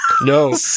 No